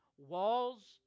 Walls